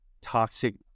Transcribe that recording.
toxic